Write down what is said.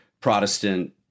Protestant